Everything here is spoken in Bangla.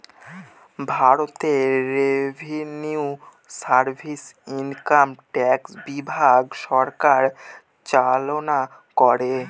ভারতে রেভিনিউ সার্ভিস ইনকাম ট্যাক্স বিভাগ সরকার চালনা করে